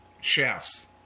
chefs